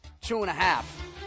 two-and-a-half